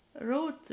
wrote